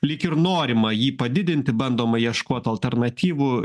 lyg ir norima jį padidinti bandoma ieškoti alternatyvų